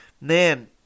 Man